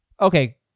Okay